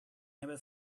never